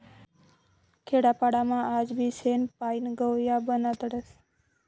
खेडापाडामा आजबी शेण पायीन गव या बनाडतस